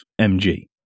MG